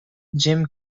jim